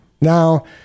Now